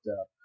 up